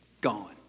gone